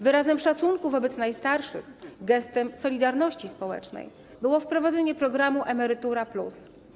Wyrazem szacunku wobec najstarszych, gestem solidarności społecznej było wprowadzenie programu „Emerytura+”